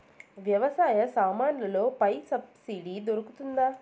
వ్యవసాయ సామాన్లలో పై సబ్సిడి దొరుకుతుందా?